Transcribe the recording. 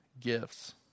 gifts